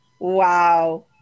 wow